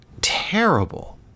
terrible